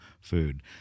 food